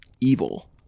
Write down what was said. Evil